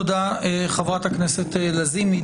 תודה רבה, חברת הכנסת נעמה לזימי.